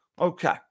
Okay